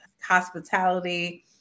hospitality